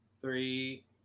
three